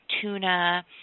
tuna